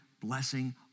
blessing